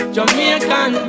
Jamaican